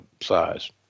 size